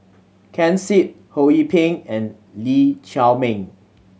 Ken Seet Ho Yee Ping and Lee Chiaw Meng